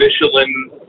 Michelin